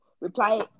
reply